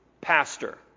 Pastor